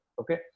Okay